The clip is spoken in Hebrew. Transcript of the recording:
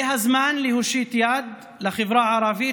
זה הזמן להושיט יד לחברה הערבית,